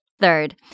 Third